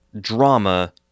drama